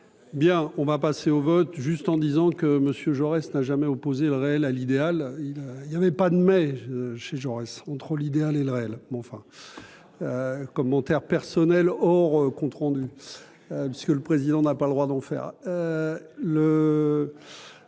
Bien, on va passer au vote juste en disant que monsieur Jaurès n'a jamais opposé le réel à l'idéal il il y avait pas de mais chez Jaurès entre l'idéal et le réel mais enfin. Commentaires personnels or compte rendu parce que le président n'a pas le droit d'en faire